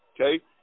Okay